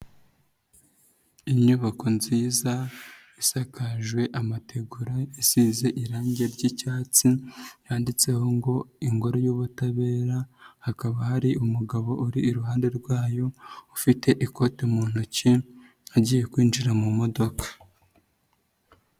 Inyubako nziza isakajwe amategura, isize irangi ry'icyatsi, yanditseho ngo ingoro y'ubutabera, hakaba hari umugabo uri iruhande rwayo ufite ikote mu ntoki agiye kwinjira mu modoka.